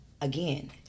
again